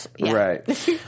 right